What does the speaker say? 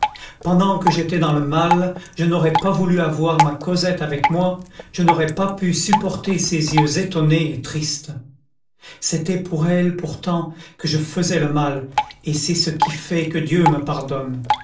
pendant que j'étais dans le mal je n'aurais pas voulu avoir ma cosette avec moi je n'aurais pas pu supporter ses yeux étonnés et tristes c'était pour elle pourtant que je faisais le mal et c'est ce qui fait que dieu me pardonne